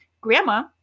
Grandma